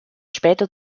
später